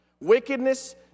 wickedness